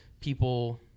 People